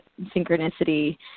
synchronicity